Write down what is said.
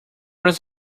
was